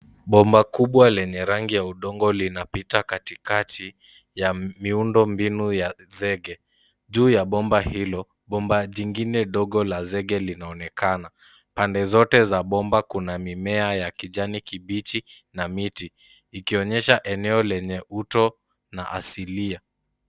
Bomba kubwa lenye rangi ya udongo linapita katikati ya miundo ya zege. Juu ya bomba hilo, bomba jingine ndogo la zege linaonekana. Pande zote za bomba kuna mimea ya kijani kibichi na miti ikionyesha eneo lenye uto na asilia.